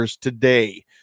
today